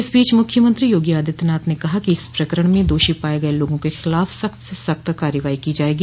इस बीच मुख्यमंत्री योगी आदित्यनाथ ने कहा कि इस प्रकरण में दोषी पाये गये लोगों के खिलाफ सख्त से सख्त कार्रवाई की जायेगी